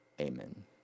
Amen